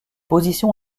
position